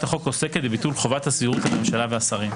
החוק עוסקת בביטול חובת הסבירות על הממשלה והשרים.